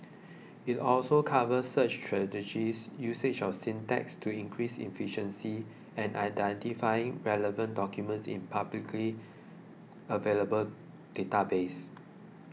it also covers search strategies usage of syntax to increase efficiency and identifying relevant documents in publicly available databases